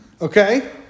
Okay